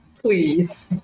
please